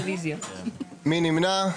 מי נמנע?